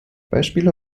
beispiele